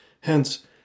Hence